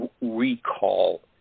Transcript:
Recall